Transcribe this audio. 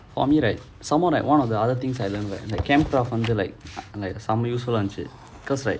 for me right some more right one of the other things I learned right like camp craft வந்து:vanthu some useful and இருந்துச்சி:irunthuchi